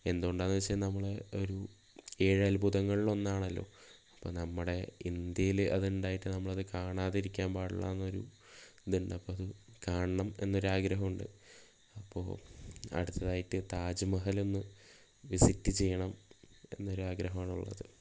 എന്തുകൊണ്ടാന്ന് വെച്ചാൽ നമ്മൾ ഒരു ഏഴ് അത്ഭുതങ്ങളിൽ ഒന്നാണല്ലോ അപ്പോൾ നമ്മുടെ ഇന്ത്യയില് അതുണ്ടായിട്ട് നമ്മളത് കാണാതിരിക്കാൻ പാടില്ലായെന്നൊരു ഇത് ഉണ്ട് അപ്പോൾ അത് കാണണം എന്നൊരു ആഗ്രഹം ഉണ്ട് അപ്പോൾ അടുത്തതായിട്ട് താജ്മഹലൊന്ന് വിസിറ്റ് ചെയ്യണം എന്നൊരു ആഗ്രഹമാണുള്ളത്